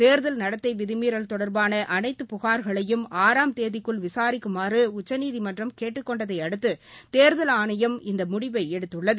தேர்தல் நடத்தை விதிமீறல் தொடர்பான அனைத்து புகார்களையும் ஆறாம் தேதிக்குள் விசாரிக்குமாறு உச்சநீதிமன்றம் கேட்டுக் கொண்டதையடுத்து தேர்தல் ஆணையம் இந்த முடிவை எடுத்துள்ளது